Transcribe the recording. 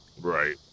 right